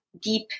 deep